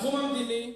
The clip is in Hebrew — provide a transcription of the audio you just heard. בתחום המדיני,